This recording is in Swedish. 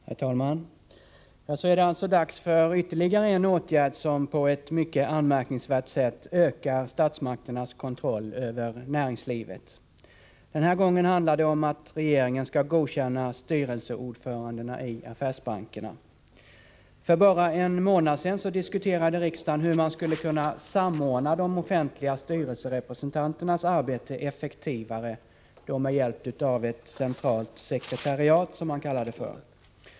Herr talman! Så är det alltså dags för ytterligare en åtgärd som på ett mycket anmärkningsvärt sätt ökar statsmakternas kontroll över näringslivet. Den här gången handlar det om att regeringen skall godkänna styrelseordförandena i affärsbankerna. För bara en månad sedan diskuterade riksdagen hur man skulle kunna samordna de offentliga styrelserepresentanternas arbete effektivare med hjälp av ett centralt sekretariat, som man kallade det för.